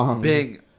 Bing